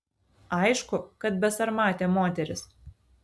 aišku kad besarmatė moteris